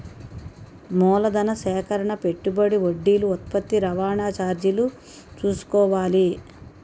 మూలధన సేకరణ పెట్టుబడి వడ్డీలు ఉత్పత్తి రవాణా చార్జీలు చూసుకోవాలి